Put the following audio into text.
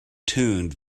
tuned